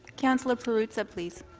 councillor perruzza, please.